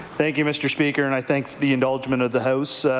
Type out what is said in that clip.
thank you, mr. speaker, and i thank the indulgement of the house.